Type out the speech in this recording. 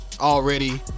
already